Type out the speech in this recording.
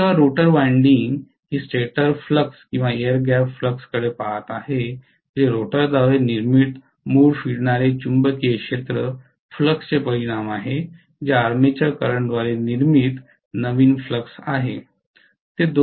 म्हणून जेव्हा rotor winding ही स्टेटर फ्लक्स किंवा एअर गॅप फ्लक्सकडे पहात आहे जे रोटरद्वारे निर्मित मूळ फिरणारे चुंबकीय क्षेत्र फ्लक्सचे परिणाम आहे जे आर्मेचर करंटद्वारे निर्मित नवीन फ्लक्स आहे